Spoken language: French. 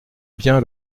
bien